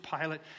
Pilate